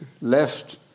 left